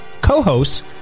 co-hosts